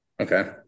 Okay